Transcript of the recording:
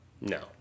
no